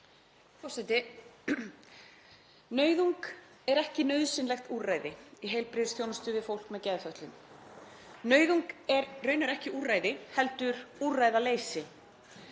forseti. Nauðung er ekki nauðsynlegt úrræði í heilbrigðisþjónustu við fólk með geðfötlun. Nauðung er raunar ekki úrræði heldur úrræðaleysi.